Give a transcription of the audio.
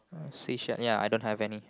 sea shell ya I don't have any